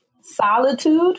solitude